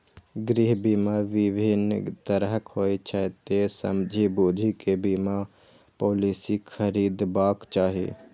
गृह बीमा विभिन्न तरहक होइ छै, तें समझि बूझि कें बीमा पॉलिसी खरीदबाक चाही